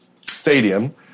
stadium